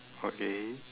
okay